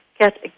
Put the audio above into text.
get